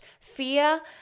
fear